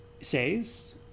says